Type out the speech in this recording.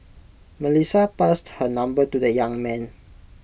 Melissa passed her number to the young man